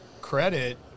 credit